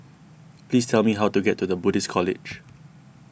please tell me how to get to the Buddhist College